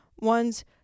ones